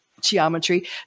geometry